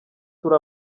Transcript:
turi